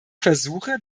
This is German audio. versuche